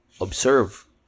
observe